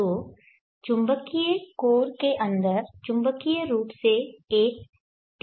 तो चुंबकीय कोर के अंदर चुंबकीय रूप से एक dϕdt होता है